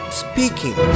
speaking